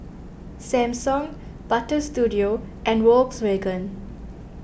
Samsung Butter Studio and Volkswagen